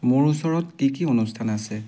মোৰ ওচৰত কি কি অনুষ্ঠান আছে